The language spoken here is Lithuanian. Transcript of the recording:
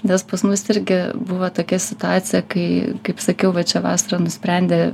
nes pas mus irgi buvo tokia situacija kai kaip sakiau va čia vasarą nusprendė